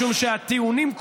משום שהטיעונים,